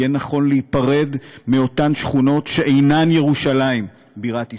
יהיה נכון להיפרד מאותן שכונות שאינן ירושלים בירת ישראל,